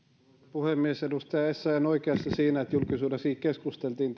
puhemies edustaja essayah on oikeassa siinä että julkisuudessakin keskusteltiin